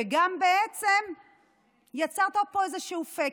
וגם אמרת פה איזשהו פאק,